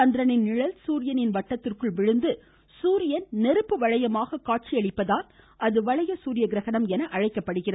சந்திரனின் நிழல் சூரியனின் வட்டத்திற்குள் விழுந்து சூரியன் நெருப்பு வளையமாக காட்சியளித்ததால் அது வளைய சூரிய கிரகணம் என அழைக்கப்படுகிறது